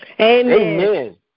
Amen